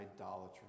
idolatry